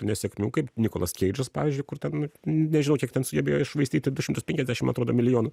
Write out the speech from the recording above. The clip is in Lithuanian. nesėkmių kaip nikolas keidžas pavyzdžiui kur ten nežinau kiek ten sugebėjo iššvaistyti du šimtus penkiasdešim man atrodo milijonų